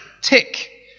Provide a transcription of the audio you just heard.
Tick